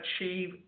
achieve